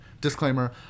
disclaimer